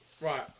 Right